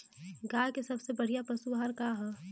गाय के सबसे बढ़िया पशु आहार का ह?